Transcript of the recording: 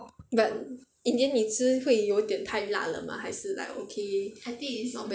but in the end 你吃会有点太辣了吗还是 like okay not bad